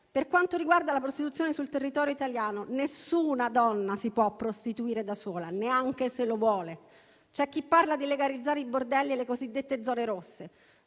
Per quanto riguarda la prostituzione sul territorio italiano, nessuna donna si può prostituire da sola, neanche se lo vuole. C'è chi parla di legalizzare i bordelli e le cosiddette zone rosse.